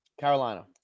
Carolina